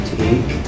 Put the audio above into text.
take